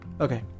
Okay